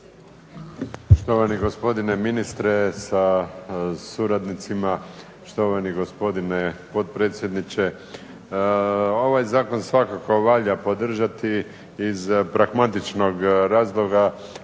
Štovani gospodine ministre sa suradnicima, štovani ministre potpredsjedniče. Ovaj zakon svakako valja podržati iz pragmatičnog razloga,